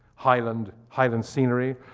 highland highland scenery,